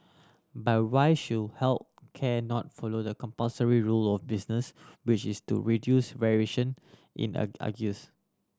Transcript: but why should health care not follow the compulsory rule of business which is to reduce variation in argues